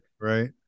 Right